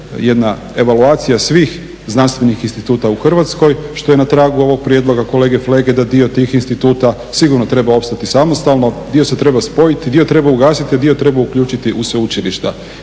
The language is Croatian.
jedna evaluacija svih znanstvenih instituta u Hrvatskoj što je na tragu ovog prijedloga kolege Flege da dio tih instituta sigurno treba opstati samostalno, dio se treba spojiti, dio treba ugasiti a dio treba uključiti u sveučilišta.